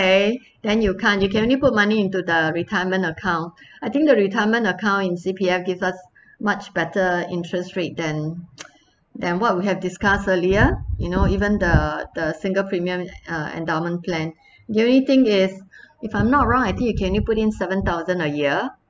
then you can't you can only put money into the retirement account I think the retirement account in C_P_F gives us much better interest rate than than what we have discussed earlier you know even the the single premium uh endowment plan the only thing is if I'm not wrong I think you can only put in seven thousand a year